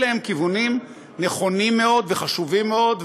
אלה הם כיוונים נכונים מאוד וחשובים מאוד,